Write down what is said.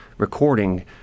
recording